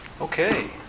Okay